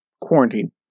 quarantine